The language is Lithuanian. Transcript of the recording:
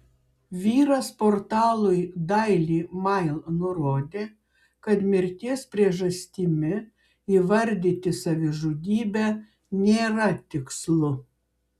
vyras portalui daily mail nurodė kad mirties priežastimi įvardyti savižudybę nėra tikslu